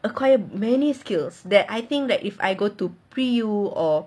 acquired many skills that I think that if I go to pre-university or